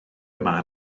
yma